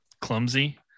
clumsy